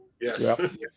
Yes